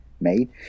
made